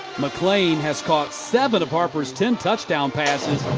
mcclain has caught seven of harper's ten touchdown passes.